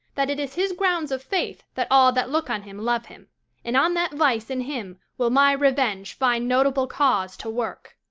that it is his grounds of faith that all that look on him love him and on that vice in him will my revenge find notable cause to work.